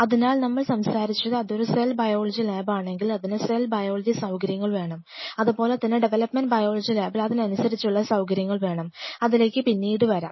അതിനാൽ നമ്മൾ സംസാരിച്ചത് അതൊരു സെൽ ബയോളജി ലാബാണെങ്കിൽ അതിന് സെൽ ബയോളജി സൌകര്യങ്ങൾ വേണം അതുപോലെ തന്നെ ഡവലപ്മെന്റ് ബയോളജി ലാബിൽ അതിനനുസരിച്ചുള്ള സൌകര്യങ്ങൾ വേണം അതിലേക്കു പിന്നീട് വരാം